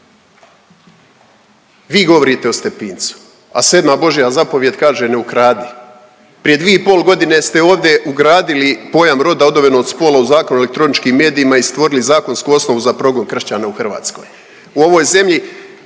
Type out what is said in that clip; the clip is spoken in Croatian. Vi govorite o Stepincu, a 7 božja zapovijed kaže ne ukradi. Prije dvije i pol godine ste ovdje ugradili pojam roda odvojeno od spola u Zakonu o elektroničkim medijima i stvorili zakonsku osnovu za progon kršćana u Hrvatskoj.